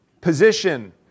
position